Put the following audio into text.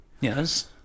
Yes